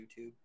YouTube